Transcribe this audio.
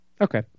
Okay